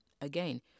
Again